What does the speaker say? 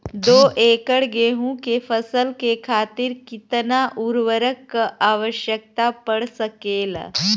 दो एकड़ गेहूँ के फसल के खातीर कितना उर्वरक क आवश्यकता पड़ सकेल?